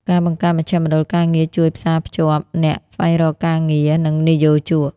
ការបង្កើតមជ្ឈមណ្ឌលការងារជួយផ្សារភ្ជាប់អ្នកស្វែងរកការងារ និងនិយោជក។